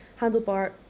handlebar